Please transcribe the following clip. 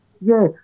yes